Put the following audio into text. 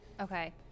Okay